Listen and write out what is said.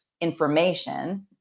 information